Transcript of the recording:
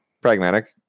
pragmatic